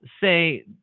say